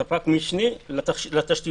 ספק משני לתשתיות.